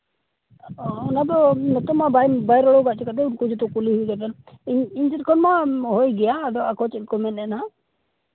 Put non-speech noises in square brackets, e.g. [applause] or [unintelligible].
ᱚᱱᱟᱫᱚ ᱱᱤᱛᱚᱜ ᱢᱟ [unintelligible] ᱩᱱᱠᱩ ᱡᱚᱛᱚ ᱠᱩᱞᱤ ᱦᱩᱭ ᱞᱮᱱᱜᱮ ᱤᱧ [unintelligible] ᱠᱷᱟᱡ ᱢᱟ ᱦᱩᱭ ᱜᱮᱭᱟ ᱟᱫᱚ ᱟᱠᱚ ᱪᱮᱫ ᱠᱚ ᱢᱮᱱᱮᱜ ᱱᱟᱦᱟᱸᱜ